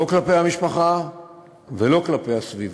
לא כלפי המשפחה ולא כלפי הסביבה.